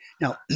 Now